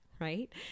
right